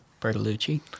Bertolucci